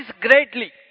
greatly